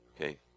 okay